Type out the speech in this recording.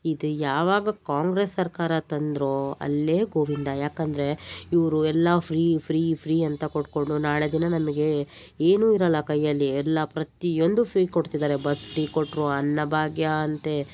ಇದು ಯಾವಾಗ ಕಾಂಗ್ರೆಸ್ ಸರ್ಕಾರ ತಂದರೋ ಅಲ್ಲೇ ಗೋವಿಂದ ಯಾಕೆಂದ್ರೆ ಇವರು ಎಲ್ಲ ಫ್ರೀ ಫ್ರೀ ಫ್ರೀ ಅಂತ ಕೊಡ್ಕೊಂಡು ನಾಳೆ ದಿನ ನಮಗೆ ಏನೂ ಇರೋಲ್ಲ ಕೈಯ್ಯಲ್ಲಿ ಎಲ್ಲ ಪ್ರತಿಯೊಂದು ಫ್ರೀ ಕೊಡ್ತಿದ್ದಾರೆ ಬಸ್ ಫ್ರೀ ಕೊಟ್ಟರು ಅನ್ನಭಾಗ್ಯ ಅಂತೆ